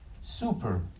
super